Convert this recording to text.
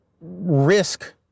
risk